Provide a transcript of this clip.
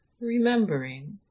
remembering